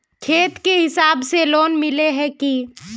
खेत के हिसाब से लोन मिले है की?